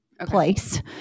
place